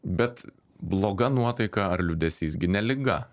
bet bloga nuotaika ar liūdesys gi ne liga